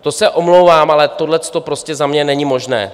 To se omlouvám, ale tohle prostě za mě není možné.